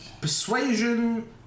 Persuasion